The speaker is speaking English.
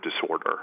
disorder